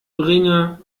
bringe